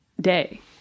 day